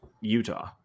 Utah